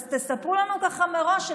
תספרו לנו ככה מראש,